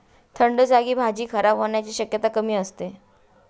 थंड जागी भाज्या खराब होण्याची शक्यता कमी असते